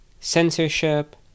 censorship